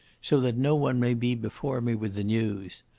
so that no one may be before me with the news.